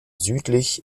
südlich